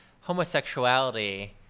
homosexuality